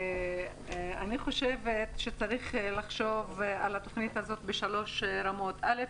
אני חושבת שצריך לחשוב על התוכנית הזו בשלוש רמות: אל"ף,